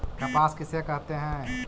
कपास किसे कहते हैं?